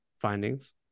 findings